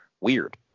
weird